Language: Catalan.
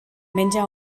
menja